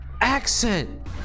accent